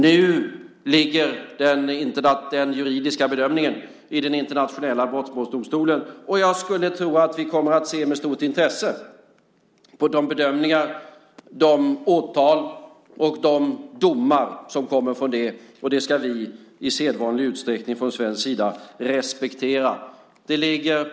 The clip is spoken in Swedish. Nu ligger den juridiska bedömningen i den internationella brottmålsdomstolen, och jag skulle tro att vi kommer att se med stort intresse på de bedömningar, de åtal och de domar som kommer där. Det ska vi i sedvanlig ordning från svensk sida respektera.